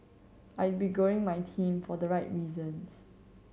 I'd be growing my team for the right reasons